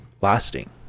lasting